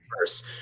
first